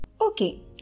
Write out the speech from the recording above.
Okay